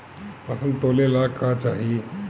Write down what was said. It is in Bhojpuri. फसल तौले ला का चाही?